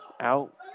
out